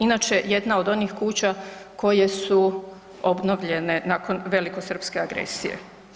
Inače, jedna od onih kuća koje su obnovljene nakon velikosrpske agresije.